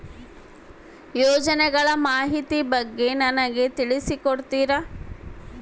ಯೋಜನೆಗಳ ಮಾಹಿತಿ ಬಗ್ಗೆ ನನಗೆ ತಿಳಿಸಿ ಕೊಡ್ತೇರಾ?